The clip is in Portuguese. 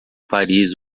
paris